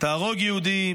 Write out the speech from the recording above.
תהרוג יהודי.